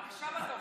עכשיו, בסדר,